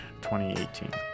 2018